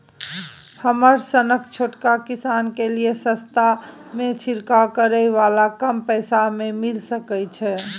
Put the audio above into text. हमरा सनक छोट किसान के लिए सस्ता में छिरकाव करै वाला कम पैसा में मिल सकै छै?